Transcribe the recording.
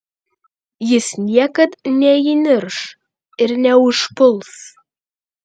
jis niekad neįnirš ir neužpuls